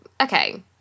okay